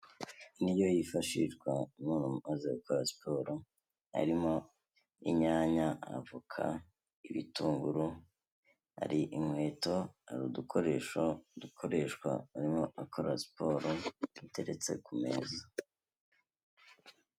Ni yo yifashishwa n'umuntu umaze gukora siporo, harimo inyanya, avoka, ibitunguru. Hari inkweto, hari udukoresho dukoreshwa arimo akora siporo, duteretse ku meza.